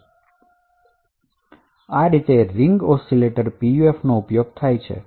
આ રીતે ring oscillator પીયુએફનો ઉપયોગ થાય છે